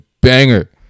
banger